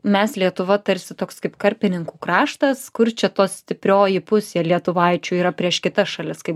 mes lietuva tarsi toks kaip karpininkų kraštas kur čia to stiprioji pusė lietuvaičių yra prieš kitas šalis kaip